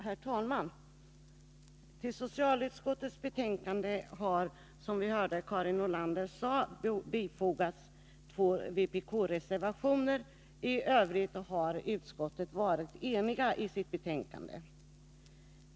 Herr talman! Till socialutskottets betänkande har, som vi hörde Karin Nordlander säga, fogats två vpk-reservationer. I övrigt har utskottet varit enigt.